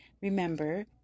remember